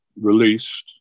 released